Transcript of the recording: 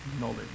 knowledge